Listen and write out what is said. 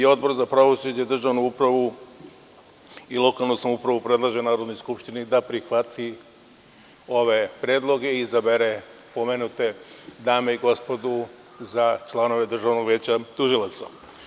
Odbor za pravosuđe, državnu upravu i lokalnu samoupravu predlaže Narodnoj skupštini da prihvati ove predloge i izabere pomenute dame i gospodu za članove Državnog veća tužilaca.